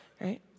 right